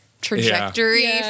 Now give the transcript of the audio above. trajectory